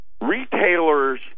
Retailers